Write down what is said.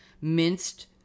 minced